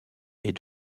est